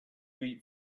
eat